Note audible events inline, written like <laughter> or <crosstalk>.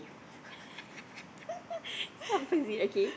<laughs>